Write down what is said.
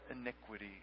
iniquity